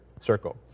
circle